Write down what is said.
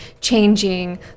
changing